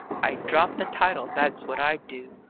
i'd drop the title that's what i'd do.